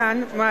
גברתי.